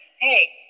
hey